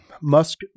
Musk